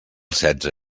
setze